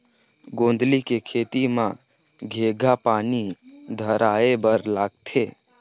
गोंदली के खेती म केघा पानी धराए बर लागथे?